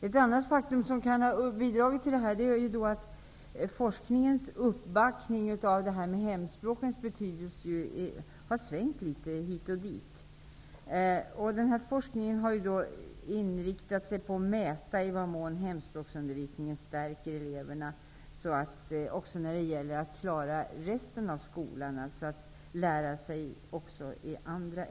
En annan uppfattning som också kan ha bidragit är att forskningens uppbackning av hemspråksundervisningens betydelse har svängt. Forskningen har inriktats på att mäta i vad mån hemspråksundervisningen stärker eleverna när det gäller att klara andra ämnen i skolan.